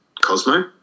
cosmo